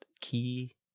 key